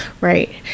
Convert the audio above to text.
Right